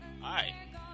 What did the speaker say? Hi